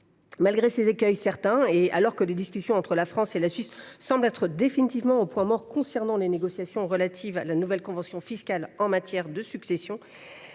Malgré ces écueils certains, et alors que les discussions entre la France et la Suisse semblent être définitivement au point mort sur la nouvelle convention fiscale en matière de succession,